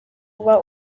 uba